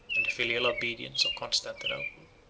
and the filial obedience of constantinople.